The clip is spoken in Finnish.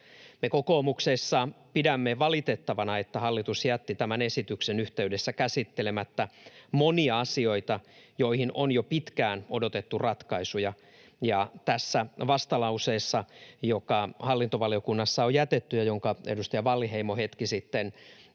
Me kokoomuksessa pidämme valitettavana, että hallitus jätti tämän esityksen yhteydessä käsittelemättä monia asioita, joihin on jo pitkään odotettu ratkaisuja, ja tässä vastalauseessa, joka hallintovaliokunnassa on jätetty ja jonka edustaja Wallinheimo hetki sitten